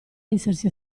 essersi